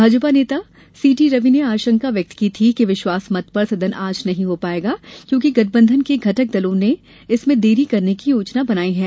भाजपा नेता C T Ravi ने आशंका व्यक्त की थी कि विश्वास मत पर मतदान आज नहीं हो पाएगा क्योंकि गठबंधन के घटक दलों ने इसमें देरी करने की योजना बनाई है